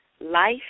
life